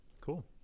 Cool